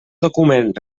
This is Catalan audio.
document